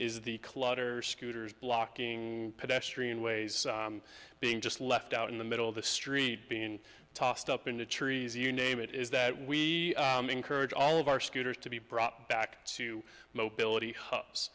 is the clutter scooters blocking pedestrian ways being just left out in the middle of the street being tossed up into trees you name it is that we encourage all of our scooters to be brought back to mobility hu